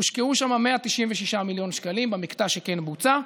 הושקעו שם 196 מיליון שקלים, במקטע שכן בוצע,